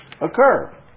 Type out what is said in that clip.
occur